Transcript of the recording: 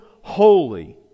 holy